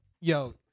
Yo